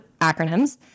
acronyms